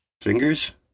Fingers